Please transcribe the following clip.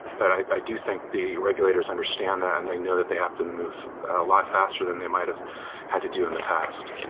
but i do think the regulators understand that and they know that they have to move a lot faster than they might've had to do in the past.